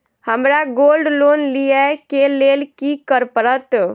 हमरा gold loan लिय केँ लेल की करऽ पड़त?